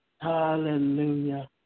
Hallelujah